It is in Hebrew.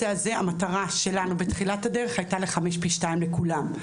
המטרה שלנו בתחילת הדרך הייתה לחמש פי שניים לכולם,